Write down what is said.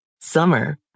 Summer